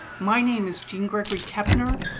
my name is jeanne gregory-kaeppner.